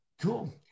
Cool